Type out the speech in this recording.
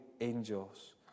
angels